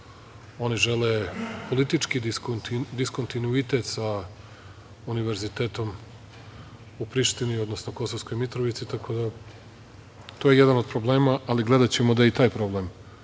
oni žele politički diskontinuitet sa univerzitetom u Prištini, odnosno Kosovskoj Mitrovici. Tako da je to jedan od problema, ali gledaćemo da i taj problem